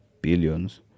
billions